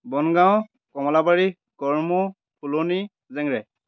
বনগাঁও কমলাবাৰী কৰ্ম ফুলনি জেংৰাই